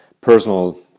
personal